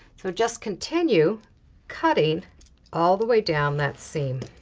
so just continue cutting all the way down that seam.